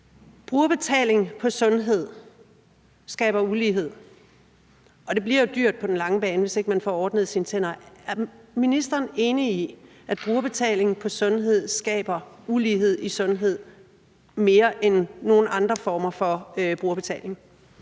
Brugerbetaling på sundhed skaber ulighed, og det bliver dyrt på den lange bane, hvis ikke man får ordnet sine tænder. Er ministeren enig i, at brugerbetaling på sundhed skaber ulighed i sundhed mere end nogen andre former for brugerbetaling?